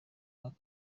myaka